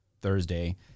Thursday